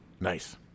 Nice